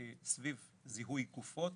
סביב זיהוי גופות.